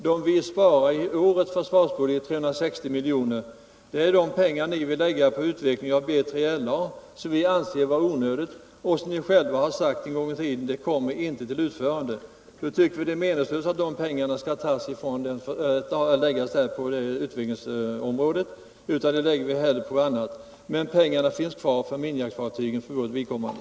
Det vi sparar i årets försvarsbudget — 360 miljoner —-är de pengar man vill lägga på utveckling av B3LA , som vi anser var onödigt och som ni själva har sagt en gång i tiden inte kommer till utförande. Då tycker vi att det är meningslöst att de pengarna skall läggas på utbildningsområdet, vi lägger dem hellre på annat. Men pengarna finns kvar för minjaktfartygen för vårt vidkommande.